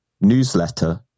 newsletter